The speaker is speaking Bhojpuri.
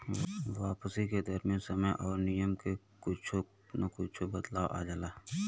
वापसी के दर मे समय आउर नियम में कुच्छो न कुच्छो बदलाव आ जाला